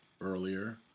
earlier